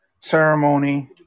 ceremony